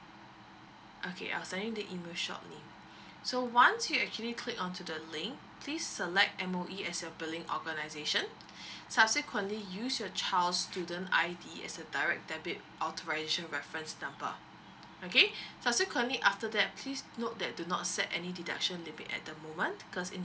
okay I'll send you the email shortly so once you actually click onto the link please select M_O_E as your billing organization subsequently use your child student ID as the direct debit authorization reference number okay subsequently after that please note that do not set any deduction limit at the moment cause in the event